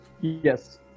Yes